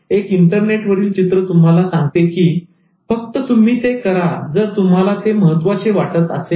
एक इंटरनेट वरील चित्र तुम्हाला सांगते की फक्त तुम्ही ते करा जर तुम्हाला ते महत्त्वाचे वाटत असेल